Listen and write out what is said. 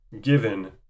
given